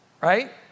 right